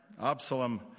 Absalom